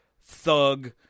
thug